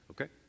okay